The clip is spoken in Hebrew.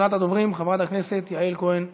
ההצעה תועבר להמשך דיון בוועדת החוץ והביטחון.